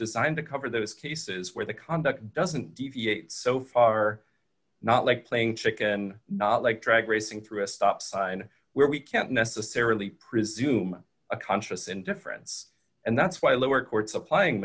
designed to cover those cases where the conduct doesn't deviate so far not like playing chicken not like drag racing through a stop sign where we can't necessarily presume a conscious indifference and that's why lower courts applying